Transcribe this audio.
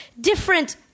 different